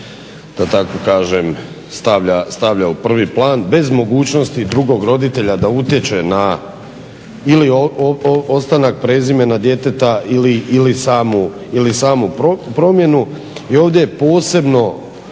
da tako kažem stavlja u prvi plan bez mogućnosti drugog roditelja da utječe na ili ostanak prezimena djeteta ili samu promjenu. I ovdje je posebna